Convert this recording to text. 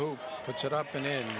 who puts it up and in